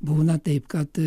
būna taip kad